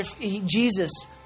Jesus